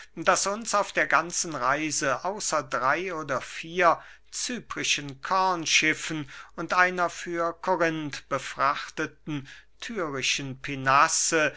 daß uns auf der ganzen reise außer drey oder vier cyprischen kornschiffen und einer für korinth befrachteten